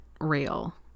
real